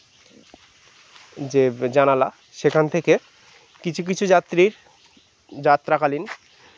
যে জানালা সেখান থেকে কিছু কিছু যাত্রীর যাত্রাকালীন